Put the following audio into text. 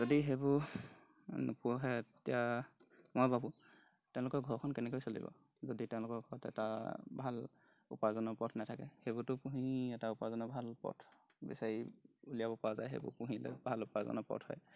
যদি সেইবোৰ নোপোহে তেতিয়া মই ভাবোঁ তেওঁলোকৰ ঘৰখন কেনেকৈ চলিব যদি তেওঁলোকৰ ঘৰত এটা ভাল উপাৰ্জনৰ পথ নাথাকে সেইবোৰতো পুহি এটা উপাৰ্জনৰ ভাল পথ বিচাৰি উলিয়াব পৰা যায় সেইবোৰ পুহিলৈ ভাল উপাৰ্জনৰ পথ হয়